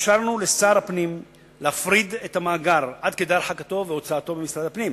אפשרנו לשר הפנים להפריד את המאגר עד כדי הרחקתו והוצאתו ממשרד הפנים,